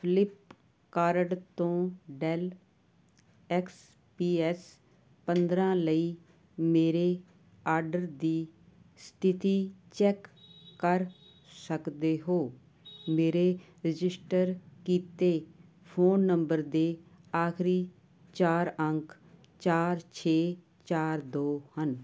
Flipkart ਤੋਂ Dell X P S ਪੰਦਰਾਂ ਲਈ ਮੇਰੇ ਆਡਰ ਦੀ ਸਥਿਤੀ ਚੈੱਕ ਕਰ ਸਕਦੇ ਹੋ ਮੇਰੇ ਰਜਿਸਟਰ ਕੀਤੇ ਫੋਨ ਨੰਬਰ ਦੇ ਆਖਰੀ ਚਾਰ ਅੰਕ ਚਾਰ ਛੇ ਚਾਰ ਦੋ ਹਨ